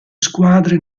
squadre